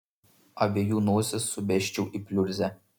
abiejų nosis subesčiau į pliurzę